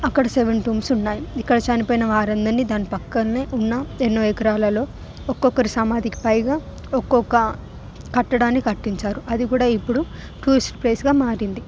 అక్కడ seven tombs ఉన్నాయి ఇక్కడ చనిపోయిన వారందరిని పక్కన్నే ఉన్న ఎన్నో ఎకరాలలో ఒక్కరు సామాదులకుపైగా ఒక కట్టడాన్ని కట్టించాడు అది కూడా ఇప్పుడు టూరిస్ట్ ప్లేస్గా మారింది